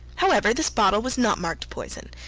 however, this bottle was not marked poison,